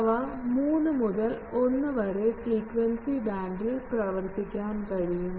അവ 3 മുതൽ 1 വരെ ഫ്രീക്വൻസി ബാൻഡിൽ പ്രവർത്തിക്കാൻ കഴിയും